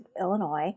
Illinois